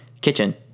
kitchen